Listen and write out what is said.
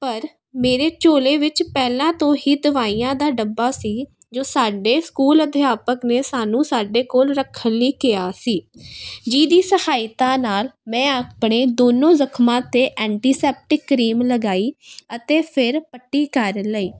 ਪਰ ਮੇਰੇ ਝੋਲੇ ਵਿੱਚ ਪਹਿਲਾਂ ਤੋਂ ਹੀ ਦਵਾਈਆਂ ਦਾ ਡੱਬਾ ਸੀ ਜੋ ਸਾਡੇ ਸਕੂਲ ਅਧਿਆਪਕ ਨੇ ਸਾਨੂੰ ਸਾਡੇ ਕੋਲ ਰੱਖਣ ਲਈ ਕਿਹਾ ਸੀ ਜਿਸਦੀ ਸਹਾਈਤਾ ਨਾਲ ਮੈਂ ਆਪਣੇ ਦੋਨੋਂ ਜਖ਼ਮਾਂ 'ਤੇ ਐਂਟੀਸੈਪਟਿਕ ਕਰੀਮ ਲਗਾਈ ਅਤੇ ਫਿਰ ਪੱਟੀ ਕਰ ਲਈ